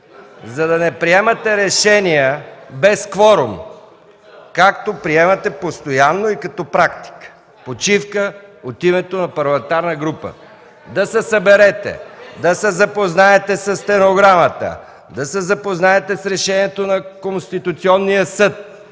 за да не приемате решение без кворум, както ги приемате постоянно като практика. Почивка от името на парламентарна група! Да се съберете, да се запознаете със стенограмата, да се запознаете с решението на Конституционния съд